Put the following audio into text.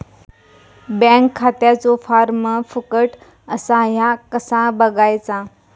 Bank खात्याचो form फुकट असा ह्या कसा बगायचा?